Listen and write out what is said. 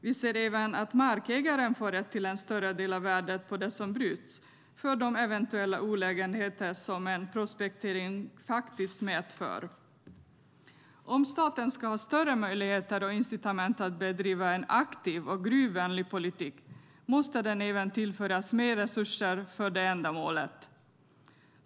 Vi ser även att markägaren får rätt till en större del av värdet på det som bryts, för de eventuella olägenheter som en prospektering faktiskt medför. Om staten ska ha större möjligheter och incitament att bedriva en aktiv och gruvvänlig politik måste den även tillföras mer resurser för detta ändamål.